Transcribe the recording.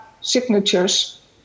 signatures